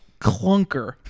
clunker